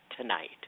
tonight